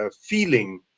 feeling